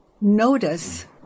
notice